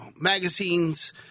magazines